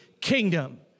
kingdom